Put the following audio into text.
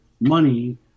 money